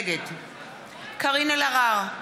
נגד קארין אלהרר,